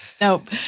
Nope